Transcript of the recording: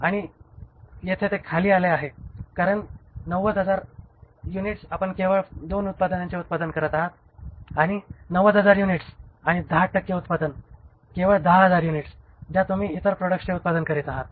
तर येथे ते खाली आले आहे कारण 90000 युनिट्स आपण केवळ दोन उत्पादनांचे उत्पादन करत आहात आणि 90000 युनिट आणि 10 टक्के उत्पादन केवळ 10000 युनिट्स ज्या तुम्ही इतर प्रॉडक्ट्सचे उत्पादन करीत आहात